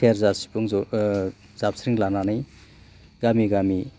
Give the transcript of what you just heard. सेरजा सिफुं ज' जाबस्रिं लानानै गामि गामि